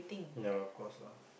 ya of course lah